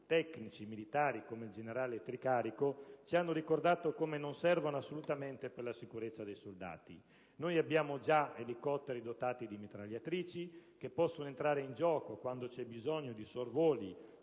tecnici e militari come il generale Tricarico ci hanno ricordato che assolutamente le bombe sugli aerei non servono per la sicurezza dei soldati. Noi abbiamo già elicotteri dotati di mitragliatrici che possono entrare in gioco quando c'è bisogno di sorvoli